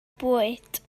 bwyd